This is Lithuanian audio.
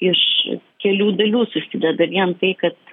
iš kelių dalių susideda vien tai kad